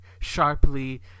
sharply